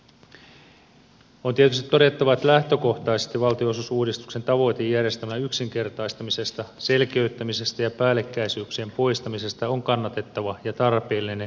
on tietysti todettava että lähtökohtaisesti valtionosuusuudistuksen tavoite järjestelmän yksinkertaistamisesta selkeyttämisestä ja päällekkäisyyksien poistamisesta on kannatettava ja tarpeellinen